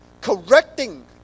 correcting